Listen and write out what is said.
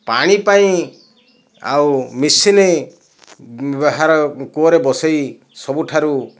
ପାଣି ପାଇଁ ଆଉ ମେସିନ୍ କୂଅରେ ବସାଇ ସବୁଠାରୁ